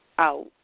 out